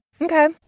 okay